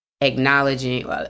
acknowledging